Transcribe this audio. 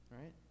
Right